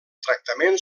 tractament